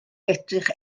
edrych